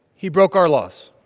he broke our laws.